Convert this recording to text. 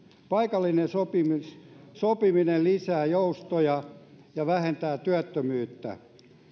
paikallinen sopiminen sopiminen lisää joustoja ja vähentää työttömyyttä